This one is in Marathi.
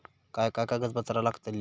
काय काय कागदपत्रा लागतील?